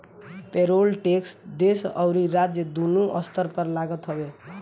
payroll tax देस अउरी राज्य दूनो स्तर पर लागत हवे